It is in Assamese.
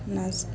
নাচ